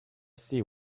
see